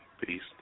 Peace